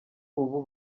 ubu